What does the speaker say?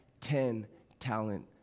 ten-talent